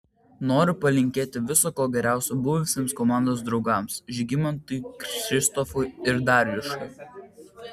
noriu palinkėti viso ko geriausio buvusiems komandos draugams žygimantui kšištofui ir darjušui